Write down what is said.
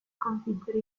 sconfiggere